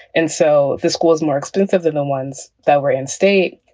and so this school is more expensive than the ones that were in-state.